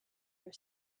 your